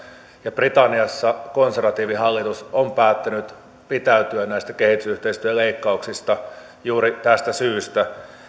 britanniassa konservatiivihallitus on päättänyt pitäytyä näistä kehitysyhteistyöleikkauksista juuri tästä syystä